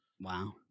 Wow